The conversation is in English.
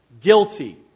guilty